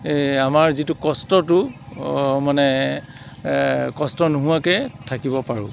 আমাৰ যিটো কষ্টটো মানে কষ্ট নোহোৱাকৈ থাকিব পাৰোঁ